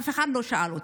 אף אחד לא שאל אותם,